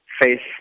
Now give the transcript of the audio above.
face